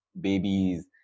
babies